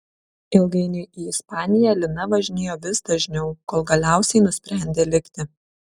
ilgainiui į ispaniją lina važinėjo vis dažniau kol galiausiai nusprendė likti